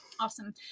Awesome